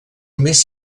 només